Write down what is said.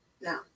no